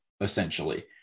essentially